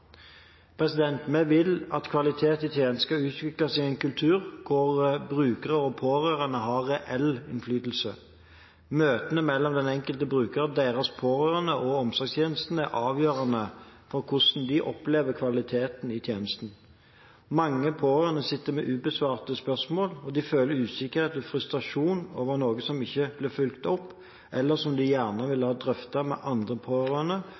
Vi vil at kvaliteten i tjenestene skal utvikles i en kultur hvor brukere og pårørende har reell innflytelse. Møtene mellom den enkelte bruker, deres pårørende og omsorgstjenesten er avgjørende for hvordan de opplever kvaliteten i tjenesten. Mange pårørende sitter med ubesvarte spørsmål, og de føler usikkerhet og frustrasjon over noe som ikke blir fulgt opp, eller som de gjerne ville ha drøftet med andre pårørende